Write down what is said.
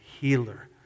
healer